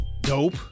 Dope